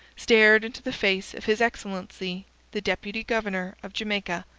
stared into the face of his excellency the deputy-governor of jamaica,